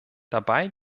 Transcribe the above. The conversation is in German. dabei